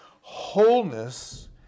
wholeness